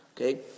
Okay